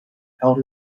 held